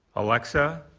alexa,